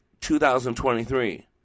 2023